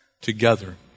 together